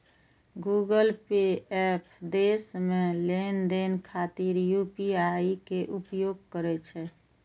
Google pay app देश मे लेनदेन खातिर यू.पी.आई के उपयोग करै छै